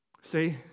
See